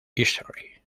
store